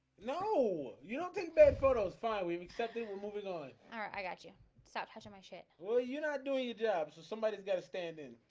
no, you don't think bad photo is fine we've accepted we're moving on. all right, i got you stop touching my shit well, you're not doing your job. so somebody's gotta stand in.